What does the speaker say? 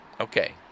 Okay